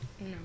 No